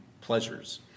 pleasures